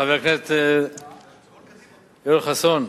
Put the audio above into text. חבר הכנסת יואל חסון,